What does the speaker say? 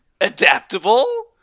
Adaptable